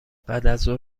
بعدازظهر